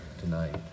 tonight